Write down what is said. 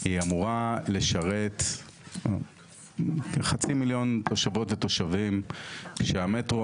היא אמורה לשרת כחצי מיליון תושבות ותושבים שהמטרו